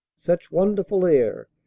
such wonderful air,